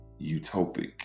utopic